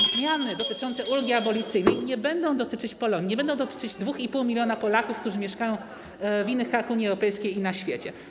że zmiany dotyczące ulgi abolicyjnej nie będą dotyczyć Polonii, nie będą dotyczyć 2,5 mln Polaków, którzy mieszkają w innych krajach Unii Europejskiej i na świecie.